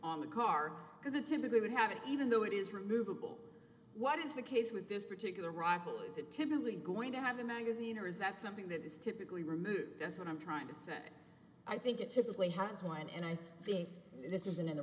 on the car because it typically would have it even though it is removable what is the case with this particular rifle is it typically going to have a magazine or is that something that is typically removed that's what i'm trying to say i think it typically has one and i think this isn't in the